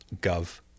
Gov